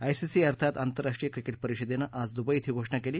I C C अर्थात आंतरराष्ट्रीय cricket परिषदेनं आज दुबईत ही घोषणा केली